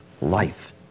life